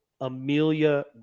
Amelia